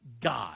God